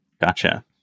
Gotcha